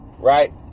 right